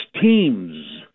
teams